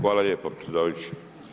Hvala lijepa predsjedavajući.